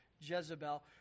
Jezebel